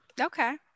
Okay